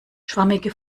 schwammige